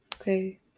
Okay